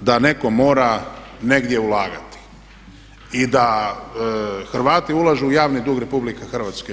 da netko mora negdje ulagati i da Hrvati ulažu u javni dug RH.